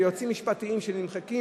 ויועצים משפטיים שנמחקים,